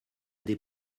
des